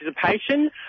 participation